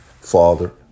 Father